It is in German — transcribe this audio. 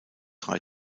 drei